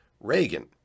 Reagan